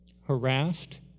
Harassed